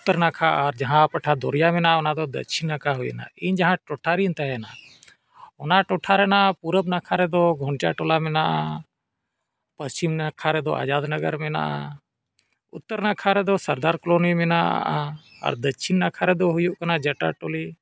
ᱩᱛᱛᱚᱨ ᱱᱟᱠᱷᱟ ᱟᱨ ᱡᱟᱦᱟᱸ ᱯᱟᱴᱷᱟ ᱫᱚᱨᱭᱟ ᱢᱮᱱᱟᱜᱼᱟ ᱚᱱᱟ ᱫᱚ ᱫᱚᱠᱽᱠᱷᱤᱱ ᱱᱟᱠᱷᱟ ᱦᱩᱭᱮᱱᱟ ᱤᱧ ᱡᱟᱦᱟᱸ ᱴᱚᱴᱷᱟᱨᱤᱧ ᱛᱟᱦᱮᱱᱟ ᱚᱱᱟ ᱴᱚᱴᱷᱟ ᱨᱮᱱᱟᱜ ᱯᱩᱚᱵ ᱱᱟᱠᱷᱟ ᱨᱮᱫᱚ ᱜᱷᱚᱱᱴᱟ ᱴᱚᱞᱟ ᱢᱮᱱᱟᱜᱼᱟ ᱯᱚᱥᱪᱷᱤᱢ ᱱᱟᱠᱷᱟ ᱨᱮᱫᱚ ᱟᱡᱟᱫ ᱱᱚᱜᱚᱨ ᱢᱮᱱᱟᱜᱼᱟ ᱩᱛᱛᱚᱨ ᱱᱟᱠᱷᱟ ᱨᱮᱫᱚ ᱥᱚᱨᱫᱟᱨ ᱠᱳᱞᱳᱱᱤ ᱢᱮᱱᱟᱜᱼᱟ ᱟᱨ ᱫᱚᱠᱠᱷᱤᱱ ᱱᱟᱠᱷᱟ ᱨᱮᱫᱚ ᱦᱩᱭᱩᱜ ᱠᱟᱱᱟ ᱡᱟᱴᱟ ᱴᱚᱞᱤ